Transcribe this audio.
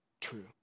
true